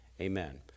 Amen